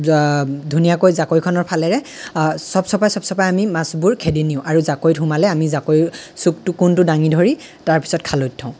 ধুনীয়াকৈ জাকৈখনৰ ফালেৰে চপচপাই চপচপাই আমি মাছবোৰ খেদি নিওঁ আৰু জাকৈত সোমালে আমি জাকৈৰ চুকটো কোণটো দাঙি ধৰি তাৰপিছত খালৈত থওঁ